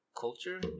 culture